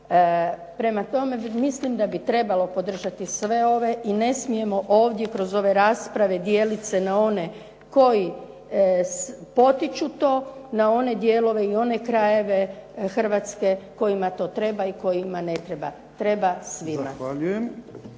Prema tome, mislim da bi trebalo podržati sve ove i ne smijemo ovdje kroz ove rasprave dijelit se na one koji potiču to, na one dijelove i na one krajeve Hrvatske kojima to treba i kojima ne treba. Treba svima.